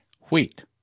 wheat